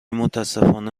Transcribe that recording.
متأسفانه